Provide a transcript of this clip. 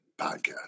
podcast